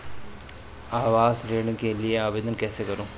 आवास ऋण के लिए आवेदन कैसे करुँ?